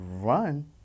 run